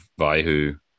Vaihu